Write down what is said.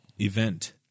event